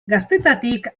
gaztetatik